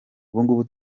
ubungubu